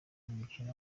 mukino